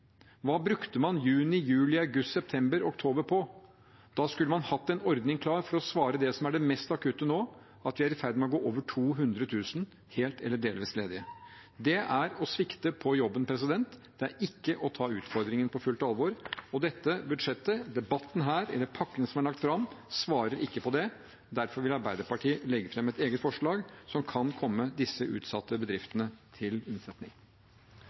Hva brukte man juni, juli, august, september og oktober på? Da skulle man hatt en ordning klar for å svare på det som er det mest akutte nå, at vi er i ferd med å få over 200 000 helt eller delvis ledige. Det er å svikte på jobben, det er å ikke ta utfordringen på fullt alvor. Dette budsjettet, debatten her eller pakkene som er lagt fram, svarer ikke på det. Derfor vil Arbeiderpartiet legge fram et eget forslag som kan komme disse utsatte bedriftene til unnsetning.